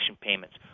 payments